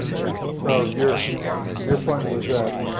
yeah. so your your point was that